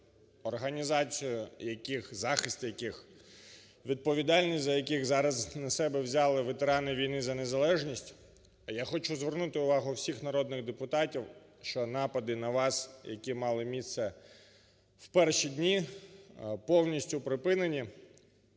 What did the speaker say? організацією яких, захист яких, відповідальність за яких зараз на себе взяли ветерани війни за незалежність. Я хочу звернути увагу всіх народних депутатів, що напади на вас, які мали місце у перші дні, повністю припинені.